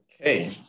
Okay